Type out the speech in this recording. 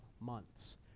months